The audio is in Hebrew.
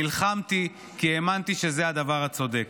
נלחמתי כי האמנתי שזה הדבר הצודק.